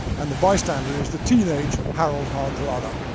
and the bystander is the teenage harald hardrada